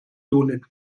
unit